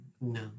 No